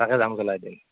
তাতে যাওঁ ব'লা একদিন